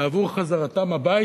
עבור חזרתם הביתה.